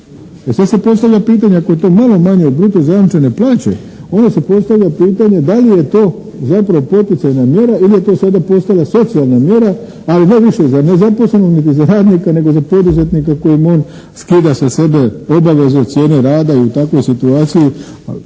E sad se postavlja pitanje, ako je to malo manje od bruto zajamčene plaće, onda se postavlja pitanje da li je to zapravo poticajna mjera ili je to sada postala socijalna mjera, ali ne više za nezaposlenog niti za radnika nego za poduzetnika koji skida sa sebe obaveze, cijene rada i u takvoj situaciji